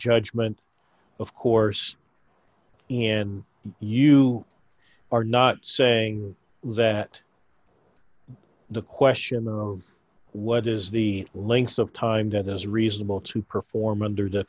judgment of course and you are not saying that the question of what is the length of time that is reasonable to perform under the